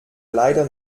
leider